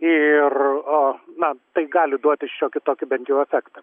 ir a na tai gali duoti šiokį tokį bent jau efektą